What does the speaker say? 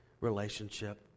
relationship